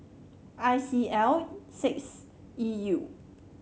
one C L six E U